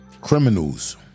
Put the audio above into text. criminals